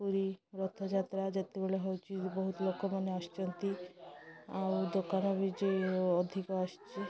ପୁରୀ ରଥଯାତ୍ରା ଯେତେବେଳେ ହେଉଛି ବହୁତ ଲୋକମାନେ ଆସିଛନ୍ତି ଆଉ ଦୋକାନ ବି ଯ ଅଧିକ ଆସିଛି